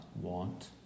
want